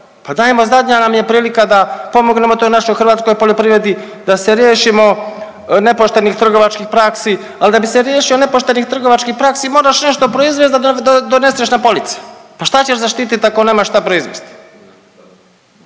Pa dajmo, zadnja nam je prilika da pomognemo toj našoj hrvatskoj poljoprivredi, da se riješimo nepoštenih trgovačkih praksi, ali da bi se riješio nepoštenih trgovačkih praksi, moraš nešto proizvesti da doneseš na police. Pa šta ćeš zaštititi ako nemaš šta proizvesti?